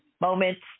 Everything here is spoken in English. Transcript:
Moments